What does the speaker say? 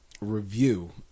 review